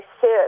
sit